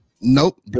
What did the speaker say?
Nope